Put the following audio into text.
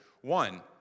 one